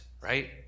right